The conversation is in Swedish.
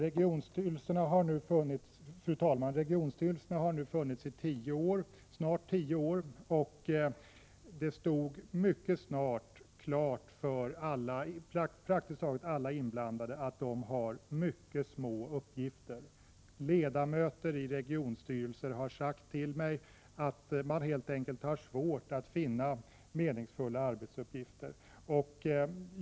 Fru talman! Regionstyrelserna har funnits i nästan tio år. Det stod mycket snart klart för praktiskt taget alla inblandade att de har mycket små uppgifter. Ledamöter i regionstyrelser har sagt till mig att man helt enkelt har svårt att finna meningsfulla arbetsuppgifter.